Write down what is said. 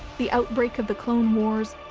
the outbreak of the clone wars,